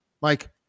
mike